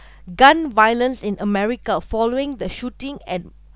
gun violence in america following the shooting and